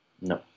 No